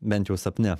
bent jau sapne